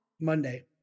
Monday